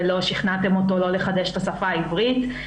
ולא שכנעתם אותו לא לחדש את השפה העברית.